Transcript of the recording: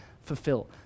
fulfill